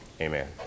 amen